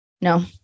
No